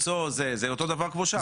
זה אותו דבר כמו שם.